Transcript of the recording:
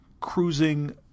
cruising